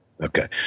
Okay